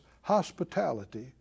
hospitality